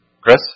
Chris